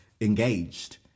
engaged